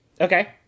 Okay